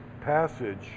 passage